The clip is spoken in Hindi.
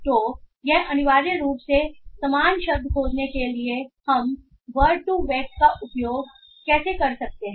तो यह अनिवार्य रूप से समान शब्द खोजने के लिए हम वर्ड2वेक का उपयोग कैसे कर सकते हैं